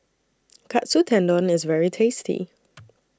Katsu Tendon IS very tasty